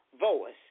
voice